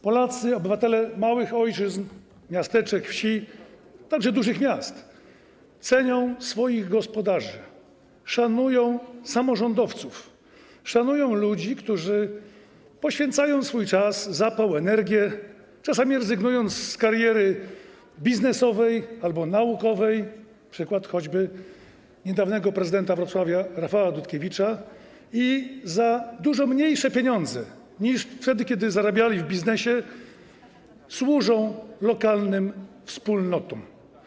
Polacy, obywatele małych ojczyzn, miasteczek, wsi, także dużych miast, cenią swoich gospodarzy, szanują samorządowców, szanują ludzi, którzy poświęcają swój czas, zapał i energię, czasami rezygnując z kariery biznesowej albo naukowej - przykład choćby niedawnego prezydenta Wrocławia Rafała Dutkiewicza - i za dużo mniejsze pieniądze niż wtedy, kiedy zarabiali w biznesie, służą lokalnym wspólnotom.